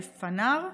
אלפנאר,